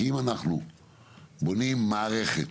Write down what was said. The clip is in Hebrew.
כי אם אנחנו בונים מערכת,